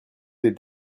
des